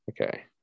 Okay